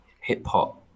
hip-hop